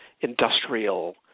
Industrial